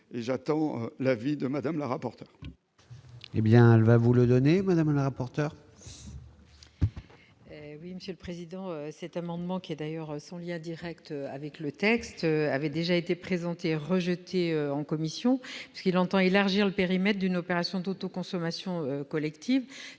j'attends l'avis de Mme la rapporteur.